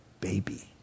baby